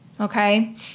okay